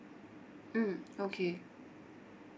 mm okay